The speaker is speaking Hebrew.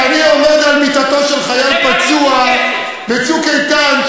כשאני עומד על-יד מיטתו של חייל שנפצע ב"צוק איתן",